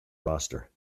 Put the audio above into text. roster